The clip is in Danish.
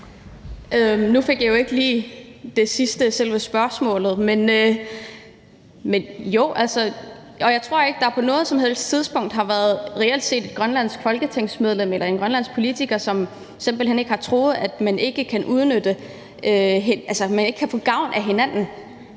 Nu fik jeg jo ikke lige det sidste af selve spørgsmålet med, men jo, jeg tror ikke, at der på noget som helst tidspunkt reelt set har været et grønlandsk folketingsmedlem eller en grønlandsk politiker, som simpelt hen har troet, at man ikke kan få gavn af hinanden.